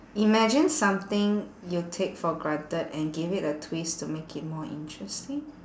imagine something you take for granted and give it a twist to make it more interesting